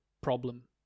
problem